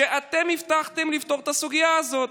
שאתם הבטחתם לפתור את הסוגיה הזאת.